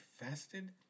fasted